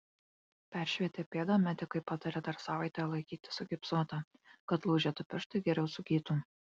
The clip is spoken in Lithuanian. peršvietę pėdą medikai patarė dar savaitę ją laikyti sugipsuotą kad lūžę du pirštai geriau sugytų